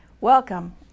Welcome